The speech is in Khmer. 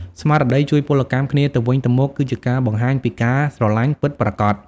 ស្មារតីជួយពលកម្មគ្នាទៅវិញទៅមកគឺជាការបង្ហាញពីការស្រលាញ់ពិតប្រាកដ។